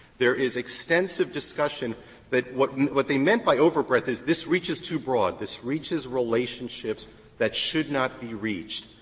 there is extensive discussion that what what they meant by overbreadth is this reaches too broad, this reaches relationships that should not be reached.